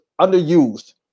underused